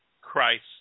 Christ